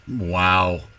Wow